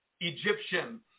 Egyptian